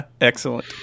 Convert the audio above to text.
Excellent